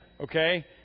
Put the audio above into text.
Okay